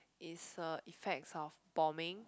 is a effects of bombing